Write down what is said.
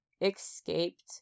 escaped